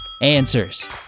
Answers